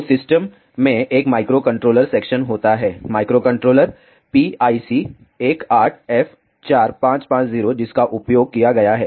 तो सिस्टम में एक माइक्रोकंट्रोलर सेक्शन होता है माइक्रोकंट्रोलर PIC18F4550 जिसका उपयोग किया गया है